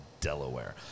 Delaware